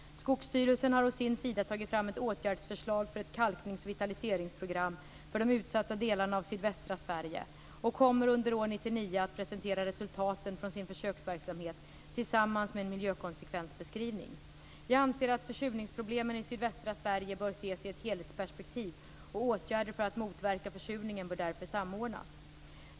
Skogsstyrelsen har å sin sida tagit fram ett åtgärdsförslag för ett kalknings och vitaliseringsprogram för de utsatta delarna av sydvästra Sverige och kommer under år 1999 att presentera resultaten från sin försöksverksamhet tillsammans med en miljökonsekvensbeskrivning. Jag anser att försurningsproblemen i sydvästra Sverige bör ses i ett helhetsperspektiv, och åtgärder för att motverka försurningen bör därför samordnas.